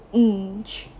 mm